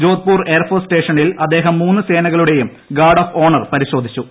Jodhpur air force സ്റ്റേഷനിൽ അദ്ദേഹം മൂന്ന് സേനകളുടെയും ഗാർഡ് ഓഫ് ഹോണർ പരിശോധിച്ചു